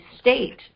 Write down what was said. state